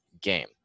game